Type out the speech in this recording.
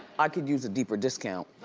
i could use a deeper discount.